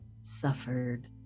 suffered